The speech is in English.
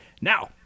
Now